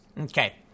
Okay